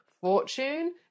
fortune